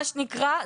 מה שנקרא,